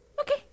Okay